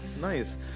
Nice